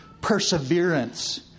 perseverance